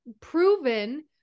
proven